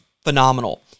phenomenal